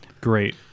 Great